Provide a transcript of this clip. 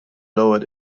lowered